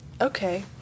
Okay